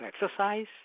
exercise